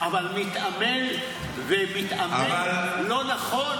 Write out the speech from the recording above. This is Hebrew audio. אבל מתעמל ומתאמן לא נכון,